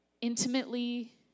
intimately